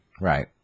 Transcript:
Right